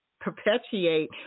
perpetuate